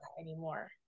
anymore